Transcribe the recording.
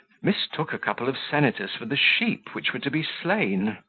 mistook a couple of senators for the sheep which were to be slain.